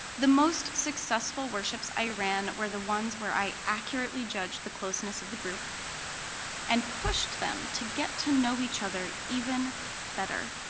the most successful worship i ran were the ones where i accurately judged the closeness of the group and pushed them to get to know each other even better.